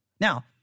Now